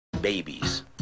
babies